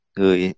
người